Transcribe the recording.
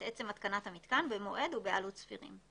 עצם התקנת המתקן במועד ובעלות סבירים,